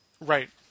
Right